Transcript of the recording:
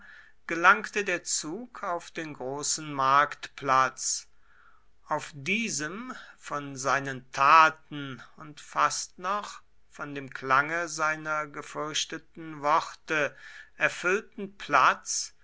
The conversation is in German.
gelangte der zug auf den großen marktplatz auf diesem von seinen taten und fast noch von dem klange seiner gefürchteten worte erfüllten platz